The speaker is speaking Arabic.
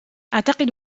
أعتقد